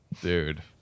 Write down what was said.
dude